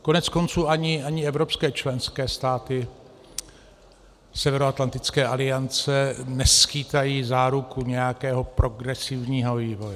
Koneckonců ani evropské členské státy Severoatlantické aliance neskýtají záruku nějakého progresivního vývoje.